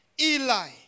Eli